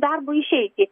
darbui išeiti